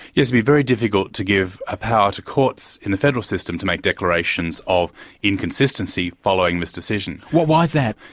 yes, it'd be very difficult to give a power to courts in the federal system to make declarations of inconsistency following this decision. well, why is that?